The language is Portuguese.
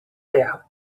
terra